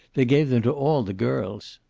they gave them to all the girls.